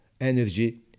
energy